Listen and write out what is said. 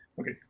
okay